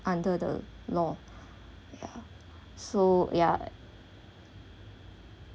under the law ya so ya